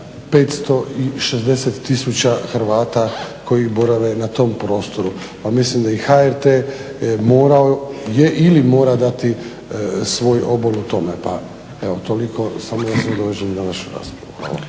560 000 Hrvata koji borave na tom prostoru, pa mislim da i HRT morao je ili mora dati svoj obol u tome. Evo toliko, samo da se nadovežem na vašu raspravu.